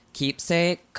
Keepsake